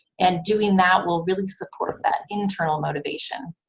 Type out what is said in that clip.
and doing that will really support that internal motivation.